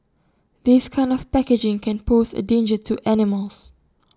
this kind of packaging can pose A danger to animals